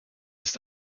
ist